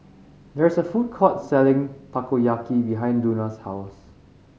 there is a food court selling Takoyaki behind Luna's house